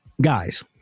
Guys